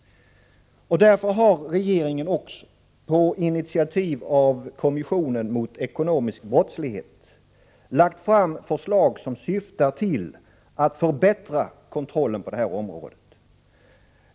Därför har regeringen också — på initiativ av kommissionen mot ekonomisk brottslighet — lagt fram förslag som syftar till att förbättra kontrollen på det här området.